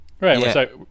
Right